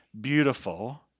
beautiful